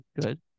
Good